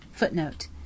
footnote